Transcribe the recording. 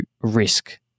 risk